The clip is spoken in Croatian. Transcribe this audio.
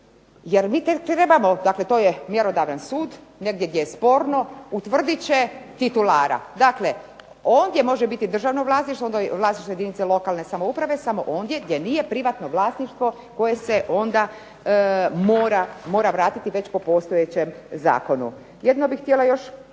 jer mi tek trebamo, dakle to je mjerodavan sud, negdje je sporno utvrdit će titulara. Dakle, ovdje može biti državno vlasništvo, vlasništvo jedinice lokalne samouprave samo ondje gdje nije privatno vlasništvo koje se onda mora vratiti već po postojećem zakonu. Jedno bih htjela još posebno